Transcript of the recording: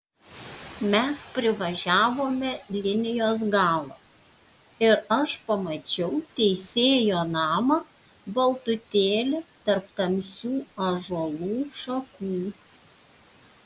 mes privažiavome linijos galą ir aš pamačiau teisėjo namą baltutėlį tarp tamsių ąžuolų šakų